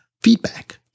feedback